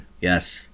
Yes